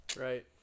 Right